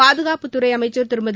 பாதுகாப்புத்துறை அமைச்சர் திருமதி